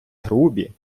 грубі